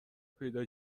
پیدا